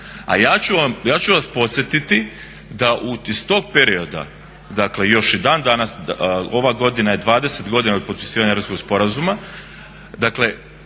A ja ću vas podsjetiti da iz tog perioda, dakle još i dan danas, ova godina je 20 godina od potpisivanja Europskog sporazuma,